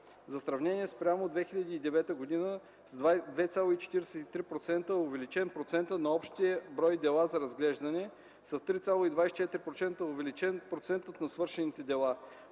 За сравнение спрямо 2009 г. – с 2,43% е увеличен процентът на общия брой дела за разглеждане, с 3,24% е увеличен процентът на свършените дела;